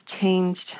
changed